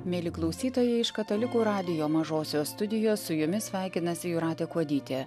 mieli klausytojai iš katalikų radijo mažosios studijos su jumis sveikinasi jūratė kuodytė